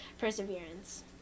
perseverance